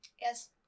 Yes